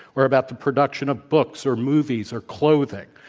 or about the production of books, or movies, or clothing.